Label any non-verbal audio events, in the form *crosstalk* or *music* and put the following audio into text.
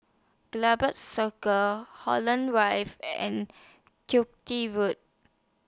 *unintelligible* Circus Holland Rive and *unintelligible* Road